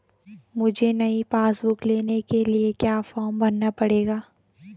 मुझे नयी passbook book लेने के लिए क्या फार्म भरना पड़ेगा?